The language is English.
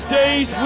days